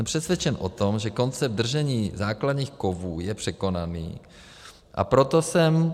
Jsem přesvědčen o tom, že koncept držení základních kovů je překonaný, a proto jsem...